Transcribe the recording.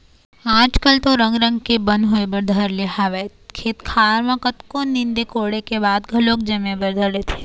आज कल तो रंग रंग के बन होय बर धर ले हवय खेत खार म कतको नींदे कोड़े के बाद घलोक जामे बर धर लेथे